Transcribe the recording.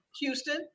Houston